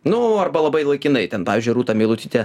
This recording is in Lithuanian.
nu arba labai laikinai ten pavyzdžiui rūta meilutytė